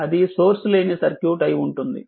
అది సోర్స్ లేని సర్క్యూట్ అయి ఉంటుంది